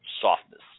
softness